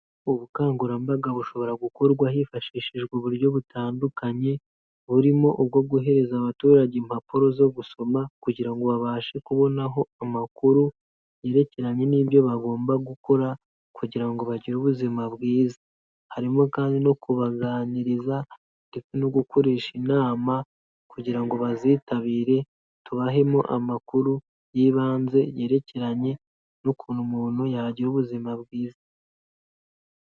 Ubukangurambaga bushobora gukorwa hifashishijwe uburyo butandukanye, burimo ubwo guhereza abaturage impapuro zo gusoma kugira ngo babashe kubonaho amakuru yerekeranye n'ibyo bagomba gukora kugira ngo bagire ubuzima bwiza, harimo kandi no kubaganiriza ndetse no gukoresha inama kugira ngo bazitabire, tubahemo amakuru y'ibanze yerekeranye n'ukuntu umuntu yagira ubuzima bwiza.